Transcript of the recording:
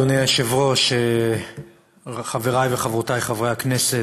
אדוני היושב-ראש, חבריי וחברותיי חברי הכנסת,